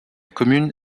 commune